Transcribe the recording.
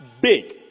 big